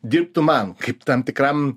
dirbtų man kaip tam tikram